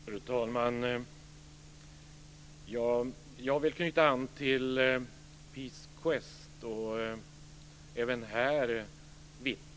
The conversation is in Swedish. Fru talman! Jag vill knyta an till Peace Quest och även här vittna.